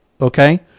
Okay